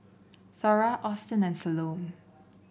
Thora Austin and Salome